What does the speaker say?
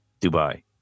Dubai